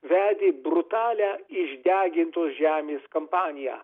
vedė brutalią išdegintos žemės kampaniją